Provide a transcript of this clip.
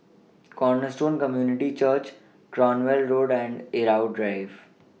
Cornerstone Community Church Cranwell Road and Irau Drive